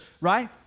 right